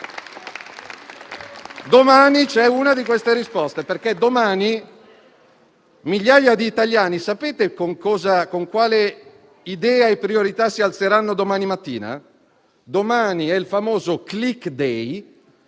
Domani c'è una di queste risposte, perché la mattina migliaia di italiani sapete con quale idea e priorità si alzeranno? Domani è il famoso *click day*